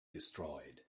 destroyed